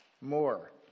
more